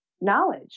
knowledge